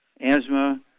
asthma